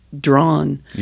drawn